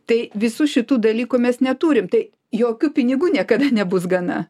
tai visų šitų dalykų mes neturim tai jokių pinigų niekada nebus gana